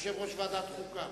יושב-ראש ועדת חוקה?